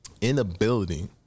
inability